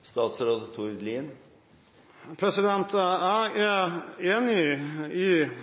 Jeg er enig i at alle må bidra i